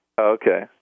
Okay